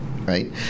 Right